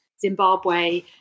Zimbabwe